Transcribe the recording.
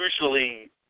usually